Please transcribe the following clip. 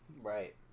Right